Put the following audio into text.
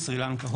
סרי לנקה,